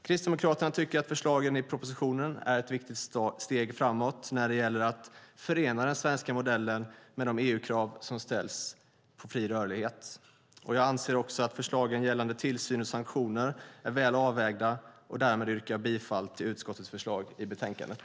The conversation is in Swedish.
Kristdemokraterna tycker att förslagen i propositionen är ett viktigt steg framåt när det gäller att förena den svenska modellen med de EU-krav som ställs på fri rörlighet. Jag anser också att förslagen gällande tillsyn och sanktioner är väl avvägda, och därmed yrkar jag bifall till utskottets förslag i betänkandet.